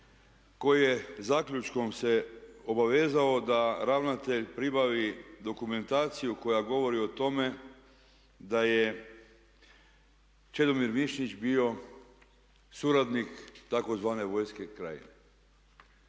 koji je zaključkom se obavezao da ravnatelj pribavi dokumentaciju koja govori o tome da je Čedomir Višnjić bio suradnik tzv. vojske Krajine.